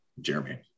Jeremy